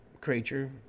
creature